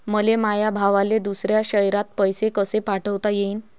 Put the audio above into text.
मले माया भावाले दुसऱ्या शयरात पैसे कसे पाठवता येईन?